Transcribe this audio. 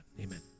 Amen